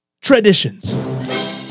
traditions